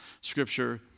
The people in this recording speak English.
Scripture